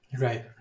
Right